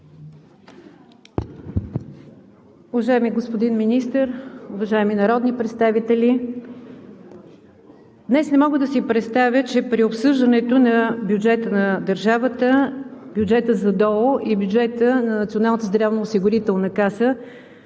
Уважаеми господин Министър, уважаеми народни представители! Днес не мога да си представя, че при обсъждането на бюджета на държавата, бюджета на ДОО и бюджета на Националната здравноосигурителна каса